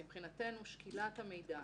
מבחינתנו שקילת המידע